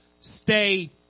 Stay